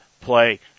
play